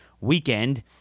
weekend